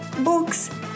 books